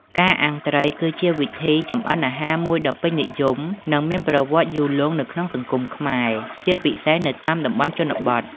ការអាំងត្រី គឺជាវិធីចម្អិនអាហារមួយដ៏ពេញនិយម និងមានប្រវត្តិយូរលង់នៅក្នុងសង្គមខ្មែរ ជាពិសេសនៅតាមតំបន់ជនបទ។